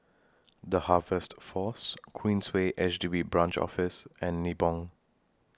The Harvest Force Queensway H D B Branch Office and Nibong